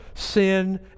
sin